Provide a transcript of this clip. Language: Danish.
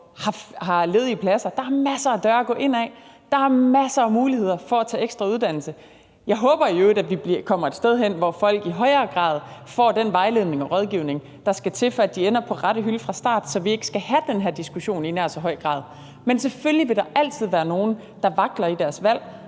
har ledige pladser. Der er masser af døre at gå ind ad. Der er masser af muligheder for at tage ekstra uddannelse. Jeg håber i øvrigt, at vi kommer et sted hen, hvor folk i højere grad får den vejledning og rådgivning, der skal til, for at de ender på rette hylde fra starten, så vi ikke skal have den her diskussion i nær så høj grad. Men selvfølgelig vil der altid være nogen, der vakler i deres valg,